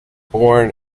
born